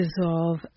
dissolve